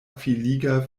filiga